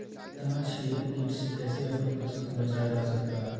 तनाछेदक किट से कैसे अपन फसल के बचाया जा सकता हैं?